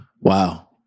Wow